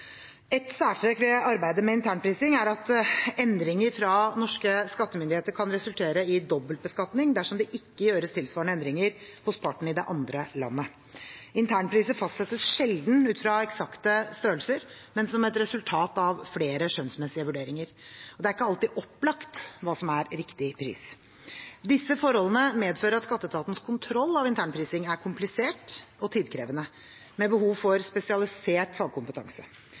Et særtrekk ved arbeidet med internprising er at endringer fra norske skattemyndigheter kan resultere i dobbeltbeskatning dersom det ikke gjøres tilsvarende endringer hos parten i det andre landet. Internpriser fastsettes sjelden ut fra eksakte størrelser, men som et resultat av flere skjønnsmessige vurderinger. Det er ikke alltid opplagt hva som er riktig pris. Disse forholdene medfører at skatteetatens kontroll av internprising er komplisert og tidkrevende, med behov for spesialisert fagkompetanse.